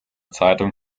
zeitung